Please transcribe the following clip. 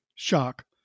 shock